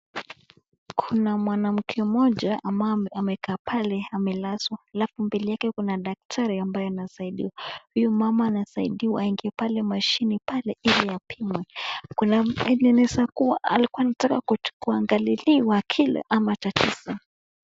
Kuna mwanamke mmoja ambaye amekaa pale amelazwa alafu mbele yake kuna daktari ambaye anasaidia. Huyu mama anasaidiwa aingia pale mashinini pale ili apimwe. Inaweza kuwa alikuwa anataka kuangaliliwa kilo ama tatizo.